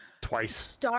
Twice